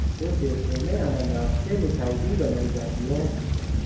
कुछ देशों में अनानास से मिठाई भी बनाई जाती है